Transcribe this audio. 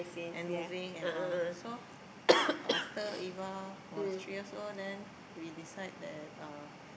and moving and all so after Eva was three years old then we decide that uh